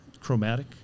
chromatic